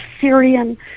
Syrian